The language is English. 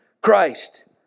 Christ